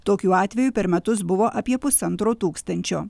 tokių atvejų per metus buvo apie pusantro tūkstančio